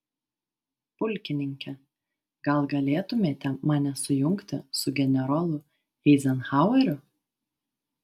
pulkininke gal galėtumėte mane sujungti su generolu eizenhaueriu